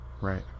Right